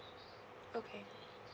okay